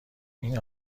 این